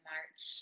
March